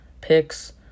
picks